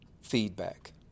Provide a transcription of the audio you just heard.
feedback